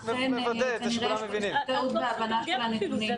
אכן כנראה יש טעות בהבנת הנתונים.